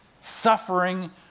Suffering